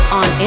on